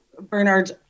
Bernard